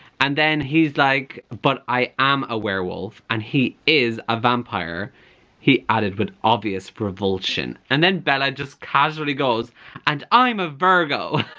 and then he's like but i am a werewolf and he is a vampire he added with obvious revulsion and then bella just casually goes and i'm a virgo!